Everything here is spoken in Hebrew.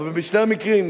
אבל בשני המקרים,